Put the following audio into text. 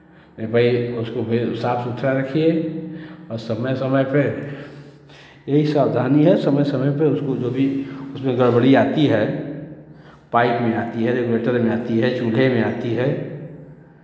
नहीं भाई उसको फिर साफ सुथरा रखिए और समय समय पे यही सावधानी है समय समय पे उसको जो भी उसमें गड़बड़ी आती है पाइप में आती है रेगुलेटर में आती है चूल्हे में आती है